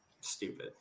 stupid